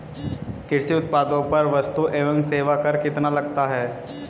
कृषि उत्पादों पर वस्तु एवं सेवा कर कितना लगता है?